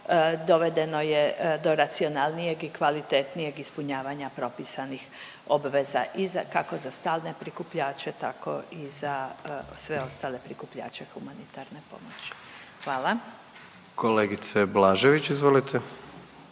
dovedeno je do racionalnijeg i kvalitetnijeg ispunjavanja propisanih obveza i za kako za stalne prikupljače tako i za sve ostale prikupljače humanitarne pomoći. Hvala. **Jandroković, Gordan